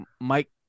Mike